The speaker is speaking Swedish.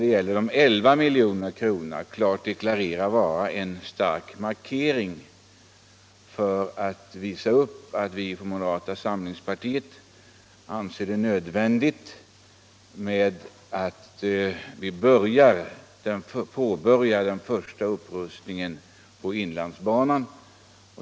Förslaget om 11 milj.kr. anser jag vara en klart deklarerad markering för att visa att vi från moderata samlingspartiet anser det nödvändigt att påbörja den första upprustningen av inlandsbanan.